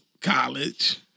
college